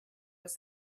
was